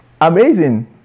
amazing